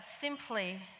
simply